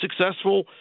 successful